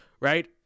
right